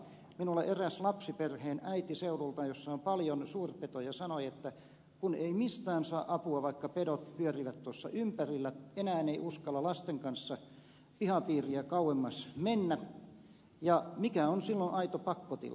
minulle eräs lapsiperheen äiti seudulta jossa on paljon suurpetoja sanoi että kun ei mistään saa apua vaikka pedot pyörivät tuossa ympärillä enää ei uskalla lasten kanssa pihapiiriä kauemmas mennä ja mikä on silloin aito pakkotila